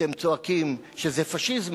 אתם צועקים שזה פאשיזם,